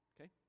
okay